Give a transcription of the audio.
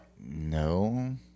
No